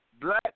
black